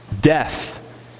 death